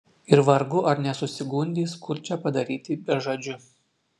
ir vargu ar nesusigundys kurčią padaryti bežadžiu